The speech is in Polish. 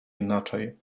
inaczej